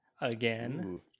again